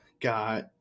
got